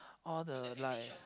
all the like